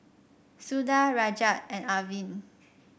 Suda Rajat and Arvind